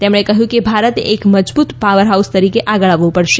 તેમણે કહ્યું કે ભારતે એક મજબૂત પાવરહાઉસ તરીકે આગળ આવવું પડશે